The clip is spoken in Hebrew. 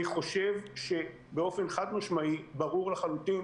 אני חושב שבאופן חד-משמעי ברור לחלוטין